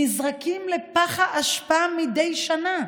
נזרקים לפח האשפה מדי שנה.